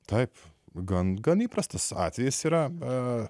taip gan gan įprastas atvejis yra